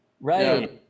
right